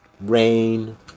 rain